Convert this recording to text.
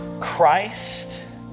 Christ